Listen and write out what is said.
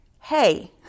hey